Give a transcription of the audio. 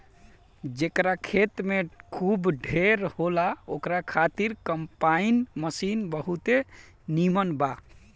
जेकरा खेत खूब ढेर होला ओकरा खातिर कम्पाईन मशीन बहुते नीमन बा